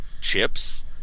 Chips